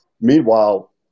Meanwhile